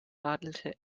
radelte